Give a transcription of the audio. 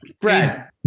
Brad